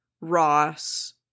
ross